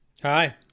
Hi